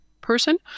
person